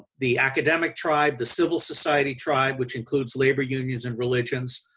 the academic tribe, the civil society tribe, which includes labor unions and religions,